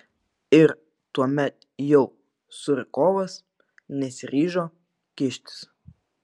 ir tuomet jau curikovas nesiryžo kištis